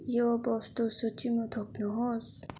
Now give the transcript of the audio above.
यो वस्तु सूचीमा थप्नुहोस्